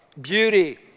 beauty